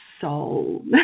soul